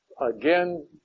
again